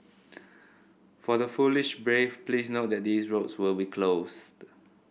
for the foolish brave please note that these roads will be closed